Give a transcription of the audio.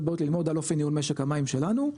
ובאות ללמוד על אופן ניהול משק המים שלנו,